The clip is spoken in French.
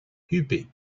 huppé